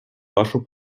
вашу